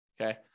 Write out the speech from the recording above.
okay